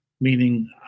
meaning